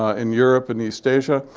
ah in europe and east asia,